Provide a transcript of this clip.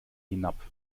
hinab